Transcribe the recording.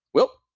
well,